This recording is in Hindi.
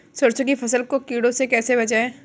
सरसों की फसल को कीड़ों से कैसे बचाएँ?